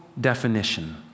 definition